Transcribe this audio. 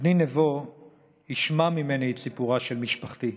בני נבו ישמע ממני את סיפורה של משפחתי,